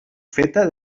feta